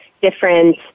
different